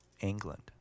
england